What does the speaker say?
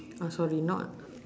oh sorry not